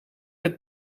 het